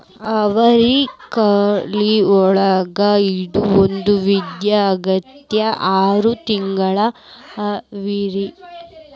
ಅವ್ರಿಕಾಳಿನೊಳಗ ಇದು ಒಂದ ವಿಧಾ ಆಗೆತ್ತಿ ಆರ ತಿಂಗಳ ಅವ್ರಿ